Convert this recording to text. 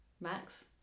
max